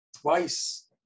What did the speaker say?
twice